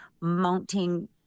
mounting